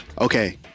Okay